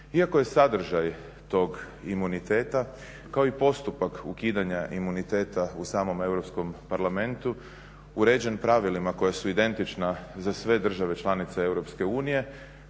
Iako je sadržaj tog imuniteta kao i postupak ukidanja imuniteta u samom Europskom parlamentu uređen pravilima koja su identična za sve države članice EU,